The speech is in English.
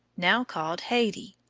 now called haiti.